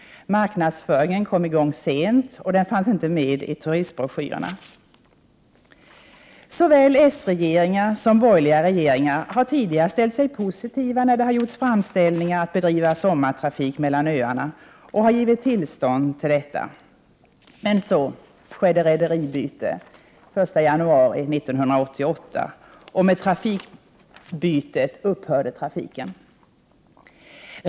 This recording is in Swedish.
Marknadsföringen kom i gång sent, och linjen fanns inte med i turistbroschyrerna. Såväl socialdemokratiska som borgerliga regeringar har tidigare ställt sig positiva till framställningar att bedriva sommartrafik mellan öarna och har givit tillstånd till detta. Men så skedde ett rederibyte den 1 januari 1988, och då upphörde trafiken.